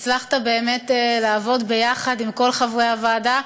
הצלחת לעבוד ביחד עם כל חברי הוועדה.